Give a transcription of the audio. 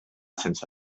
sense